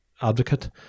Advocate